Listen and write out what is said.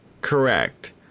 Correct